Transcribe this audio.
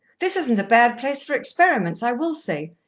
this isn't a bad place for experiments, i will say.